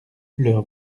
leurs